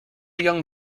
young